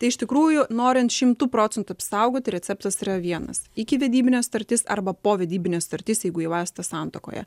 tai iš tikrųjų norint šimtu procentų apsaugoti receptas yra vienas ikivedybinė sutartis arba povedybinė sutartis jeigu jau esate santuokoje